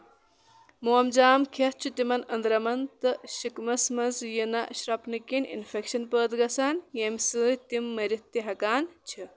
مومجامہٕ کھٮ۪تھ چھُ تَمن أندرَمن تہٕ شِکمس منٛز یہِ نَہ شرۄپنہٕ کِنۍ اِنفیکشن پٲدٕ گژھان ییٚمہِ سۭتۍ تِم مٔرِتھ تہِ ہٮ۪کان چھِ